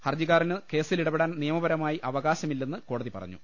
ഹർജിക്കാരന് കേസിൽ ഇടപെടാൻ നിയമപരമായി അവകാശമി ല്ലെന്ന് കോടതി പറഞ്ഞു